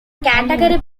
category